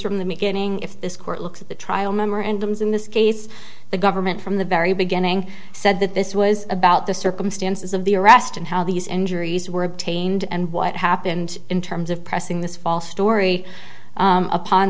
from the beginning if this court looks at the trial memorandums in this case the government from the very beginning said that this was about the circumstances of the arrest and how these injuries were obtained and what happened in terms of pressing this false story u